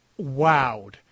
wowed